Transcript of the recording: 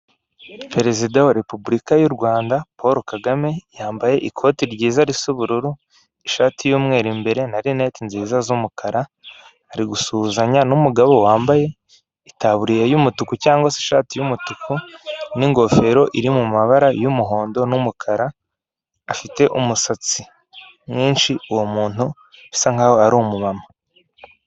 Perezida wa Repubulika y'u Rwanda Paul Kagame, yambaye ikoti ryiza risa ubururu, ishati y'umweru imbere na rinete nziza z'umukara, ari gusuhuzanya n'umugabo wambaye itaburiya y'umutuku cyangwa se ishati y'umutuku, n'ingofero iri mu mabara y'umuhondo n'umukara, afite umusatsi mwinshi, uwo muntu bisa nk'aho ari umumama.